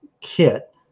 kit